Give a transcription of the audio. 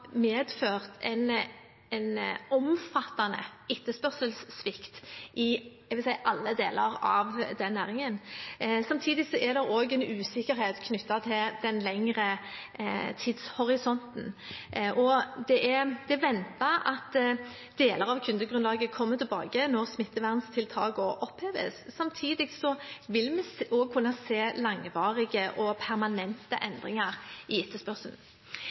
medført en omfattende etterspørselssvikt i alle deler av næringen. Samtidig er det en usikkerhet knyttet til den lengre tidshorisonten. Det er ventet at deler av kundegrunnlaget kommer tilbake når smittevernstiltakene oppheves. Samtidig vil vi også kunne se langvarige og permanente endringer i etterspørselen.